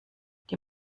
die